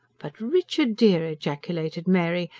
but richard dear! ejaculated mary,